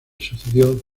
sucedió